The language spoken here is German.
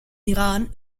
iran